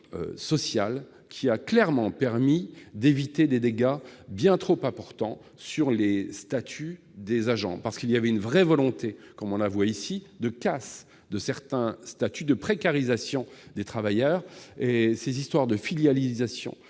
sociale, qui a clairement permis d'éviter des dégâts trop importants sur le statut des agents. Il y avait en effet une vraie volonté, comme on le voit ici, de casse de certains statuts et de précarisation des travailleurs. Cette perspective de filialisation